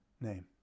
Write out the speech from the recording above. name